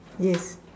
yes